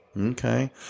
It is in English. Okay